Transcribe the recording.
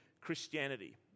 Christianity